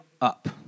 up